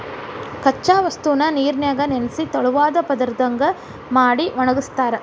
ಕಚ್ಚಾ ವಸ್ತುನ ನೇರಿನ್ಯಾಗ ನೆನಿಸಿ ತೆಳುವಾದ ಪದರದಂಗ ಮಾಡಿ ಒಣಗಸ್ತಾರ